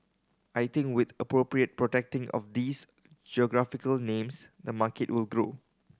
I think with appropriate protecting of these geographical names the markets will grow